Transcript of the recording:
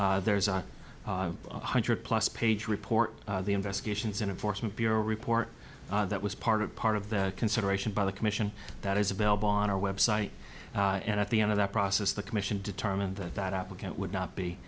web there's a one hundred plus page report the investigations into force and bureau report that was part of part of the consideration by the commission that is available on our website and at the end of that process the commission determined that that applicant would not be